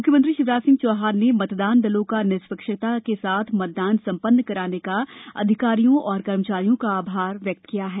मुख्यमंत्री शिवराज सिंह चौहान ने मतदान दलों का निष्पक्षता के साथ मतदान संपन्न कराने का अधिकारियों और कर्मचारियों का आभार व्यक्त किया है